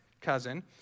cousin